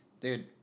Dude